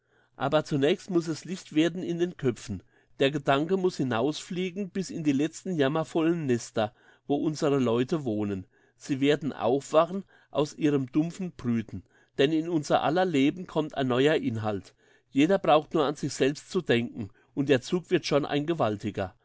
aber zunächst muss es licht werden in den köpfen der gedanke muss hinausfliegen bis in die letzten jammervollen nester wo unsere leute wohnen sie werden aufwachen aus ihrem dumpfen brüten denn in unser aller leben kommt ein neuer inhalt jeder braucht nur an sich selbst zu denken und der zug wird schon ein gewaltiger